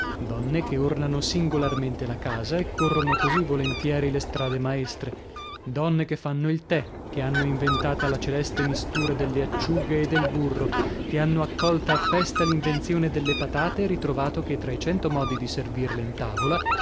donne che ornano singolarmente la casa e corrono così volentieri le strade maestre donne che fanno il tè che hanno inventata la celeste mistura delle acciughe e del burro che hanno accolta a festa l'invenzione delle patate e ritrovato che tra i cento modi di servirle in tavola